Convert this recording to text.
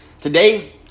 Today